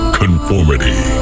conformity